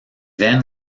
then